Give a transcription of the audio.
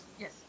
Yes